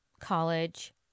college